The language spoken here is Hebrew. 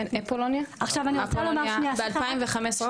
ב- 2015,